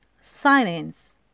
Silence